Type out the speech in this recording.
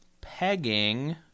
pegging